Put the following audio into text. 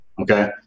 Okay